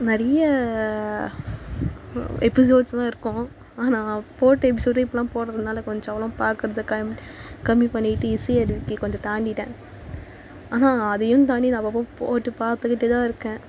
நிறைய எபிஸோட்ஸ்லாம் இருக்கும் ஆனால் போட்ட எபிஸோடே இப்போல்லாம் போடுறதுனால கொஞ்சம் அதெல்லாம் பார்க்குறத கம்மி கம்மி பண்ணிக்கிட்டு இசையருவிக்கு கொஞ்சம் தாண்டிட்டேன் ஆனால் அதையும் தாண்டி நான் அப்போப்ப போட்டு பார்த்துக்கிட்டுதான் இருக்கேன்